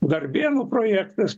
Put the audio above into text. darbėnų projektas